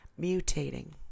mutating